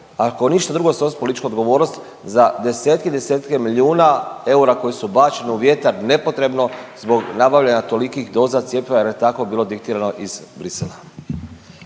ako ništa drugo snosit političku odgovornost za desetke i desetke milijuna eura koji su bačeni u vjetar nepotrebno, zbog nabavljanja tolikih doza cjepiva jer je tako bilo diktirano iz Bruxellesa?